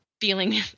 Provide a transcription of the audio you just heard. feeling